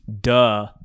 duh